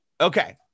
Okay